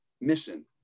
mission